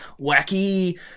wacky